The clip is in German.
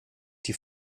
die